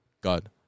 god